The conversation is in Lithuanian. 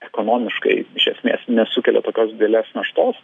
ekonomiškai iš esmės nesukelia tokios didelės naštos